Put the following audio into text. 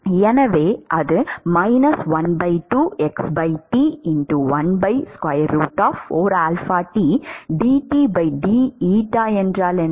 எனவே அது என்றால் என்ன